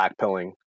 blackpilling